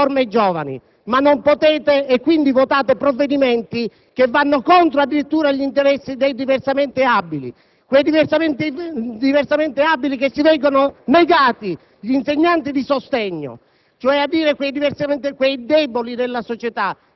Voi vorreste una scuola aperta e che forma i giovani, ma non potete e quindi votate provvedimenti che vanno addirittura contro gli interessi dei diversamente abili; quei diversamente abili che si vedono negati gli insegnanti di sostegno,